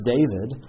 David